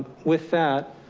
with that,